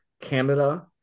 Canada